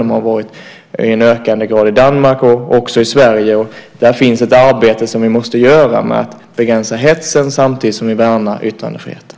De har funnits i en ökande grad i Danmark och också i Sverige. Där finns ett arbete som vi måste göra med att begränsa hetsen samtidigt som vi behandlar yttrandefriheten.